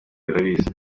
irabizi